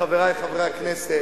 חבר הכנסת